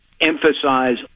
emphasize